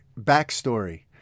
backstory